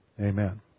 Amen